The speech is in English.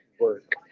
work